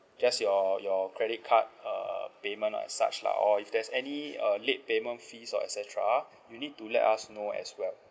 just your your credit card uh payment lah such lah or if there's any uh late payment fee or et cetera you need to let us know as well